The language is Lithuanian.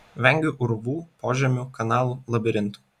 vengiu urvų požemių kanalų labirintų